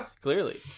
clearly